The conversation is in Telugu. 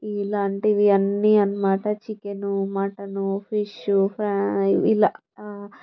ఇలాంటివి అన్నీ అన్నమాట చికెన్ మటను ఫిష్ ప్రాన్ ఇలా